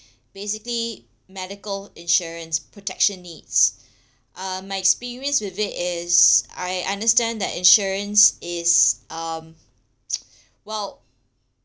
basically medical insurance protection needs uh my experience with it is I understand that insurance is um well